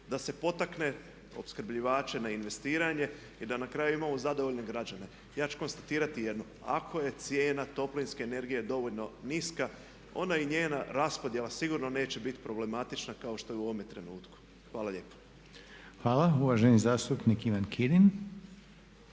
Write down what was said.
da se potakne opskrbljivače na investiranje i da na kraju imamo zadovoljne građane. Ja ću konstatirati jedno. Ako je cijena toplinske energije dovoljno niska ona i njena raspodjela sigurno neće bit problematična kao što je u ovome trenutku. Hvala lijepo. **Reiner, Željko (HDZ)** Hvala. Uvaženi zastupnik Ivan Kirin.